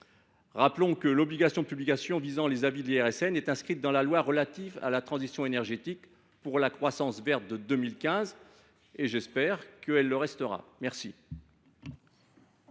dans le texte. L’obligation de publication visant les avis de l’IRSN est inscrite dans la loi relative à la transition énergétique pour la croissance verte de 2015 ; j’espère qu’elle le restera… Quel